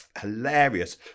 hilarious